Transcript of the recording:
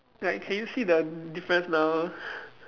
like can you see the difference now